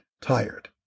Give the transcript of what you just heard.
tired